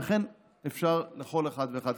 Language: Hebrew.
וכך אפשר לכל אחד ואחד.